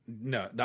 No